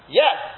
yes